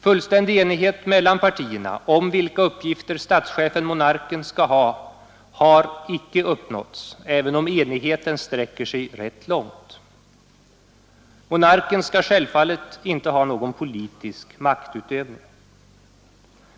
Fullständig enighet mellan partierna, om vilka uppgifter statschefenmonarken skall ha, har icke uppnåtts, även om enigheten sträcker sig rätt långt. Monarken skall självfallet inte ha någon politisk maktutövning.